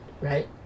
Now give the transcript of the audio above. right